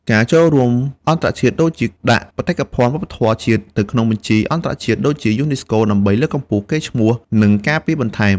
ការចូលរួមអន្តរជាតិ ដូចជាដាក់បេតិកភណ្ឌវប្បធម៌ជាតិនៅក្នុងបញ្ជីអន្តរជាតិ ដូចជា យូណេស្កូ ដើម្បីលើកកម្ពស់កេរ្តិ៍ឈ្មោះ និងការពារបន្ថែម។